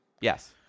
Yes